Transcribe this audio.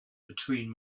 between